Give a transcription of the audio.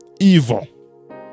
evil